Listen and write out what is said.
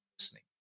listening